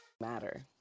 ...matter